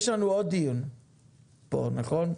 יש לנו עוד דיון פה, נכון?